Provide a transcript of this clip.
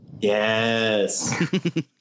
Yes